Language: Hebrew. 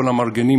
כל המארגנים,